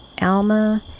Alma